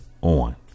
on